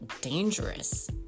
dangerous